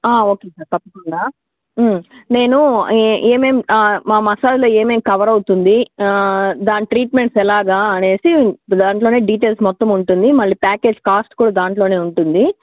okay sir తప్పకుండా నేను ఏ ఏమేం మా మసాజ్లో ఏమేమి కవరవుతుంది దాని ట్రీట్మెంట్స్ ఎలాగ అని దానిలోనే డీటెయిల్స్ మొత్తం ఉంటుంది మళ్ళీ ప్యాకేజ్ కాస్ట్ కూడా దానిలోనే ఉంటుంది